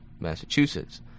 Massachusetts